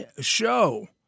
show